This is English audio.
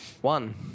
One